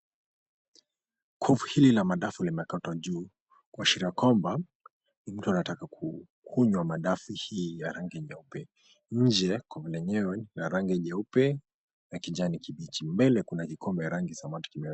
Kufi hili la madafu limekatwa juu kuashiria kwamba mtu anataka kukunywa madafu hii ya rangi nyeupe. Nje kombe lenyewe ni la rangi nyeupe na kijani kibichi. Mbele kuna kikombe ya rangi ya samawati kimewekwa.